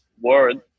word